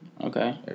Okay